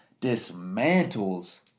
dismantles